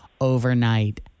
overnight